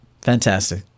Fantastic